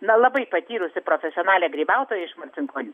na labai patyrusi profesionalė grybautojai iš marcinkonių